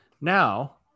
now